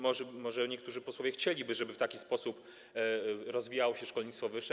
Może niektórzy posłowie chcieliby, żeby w taki sposób rozwijało się szkolnictwo wyższe.